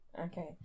Okay